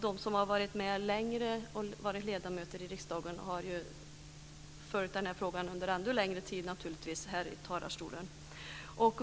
De som har varit ledamöter av riksdagen längre har naturligtvis följt denna fråga under ännu längre tid här i kammaren.